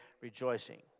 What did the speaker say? rejoicing